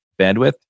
bandwidth